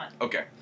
Okay